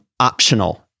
optional